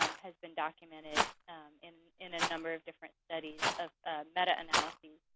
um has been documented in in a number of different studies of metaanalyses